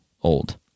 old